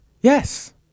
yes